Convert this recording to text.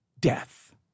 death